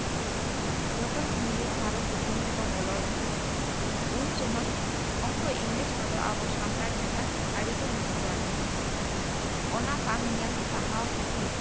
ᱡᱚᱠᱷᱚᱱ ᱤᱝᱨᱮᱡ ᱵᱷᱟᱨᱚᱛ ᱫᱤᱥᱚᱢ ᱛᱮᱠᱚ ᱵᱚᱞᱚ ᱞᱮᱱᱟ ᱩᱱ ᱥᱚᱢᱚᱭ ᱩᱱᱠᱩ ᱤᱝᱨᱮᱡ ᱠᱚᱫᱚ ᱟᱵᱚ ᱥᱟᱱᱛᱟᱲ ᱪᱮᱛᱟᱱ ᱟᱹᱰᱤ ᱠᱚ ᱱᱟᱦᱟᱪᱟᱨ ᱞᱮᱫᱟ ᱚᱱᱟ ᱵᱟᱝ ᱧᱮᱞ ᱥᱟᱦᱟᱶ ᱠᱷᱟᱹᱛᱤᱨ